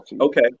Okay